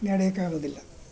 ನಡೆಯೋಕ್ಕಾಗೋದಿಲ್ಲ